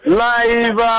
live